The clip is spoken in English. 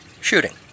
Shooting